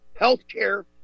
healthcare